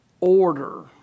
order